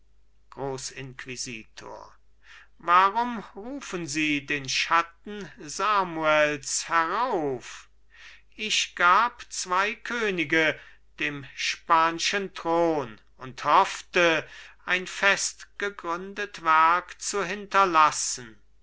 grossinquisitor warum rufen sie den schatten samuels herauf ich gab zwei könige dem spanschen thron und hoffte ein festgegründet werk zu hinterlassen